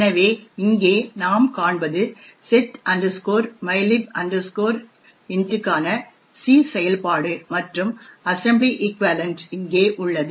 எனவே இங்கே நாம் காண்பது set mylib int க்கான சி செயல்பாடு மற்றும் அசெம்பிளி ஈக்வாலென்ட் இங்கே உள்ளது